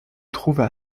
trouvent